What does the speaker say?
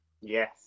Yes